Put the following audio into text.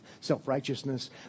self-righteousness